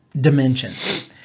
dimensions